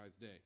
day